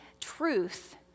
truth